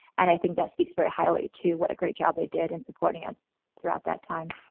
and i think that speaks very highly to what a great job they did in supporting us throughout that time.